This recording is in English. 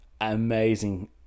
amazing